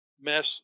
mess